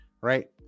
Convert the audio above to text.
right